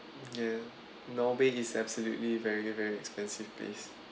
yeah norway is absolutely very very expensive place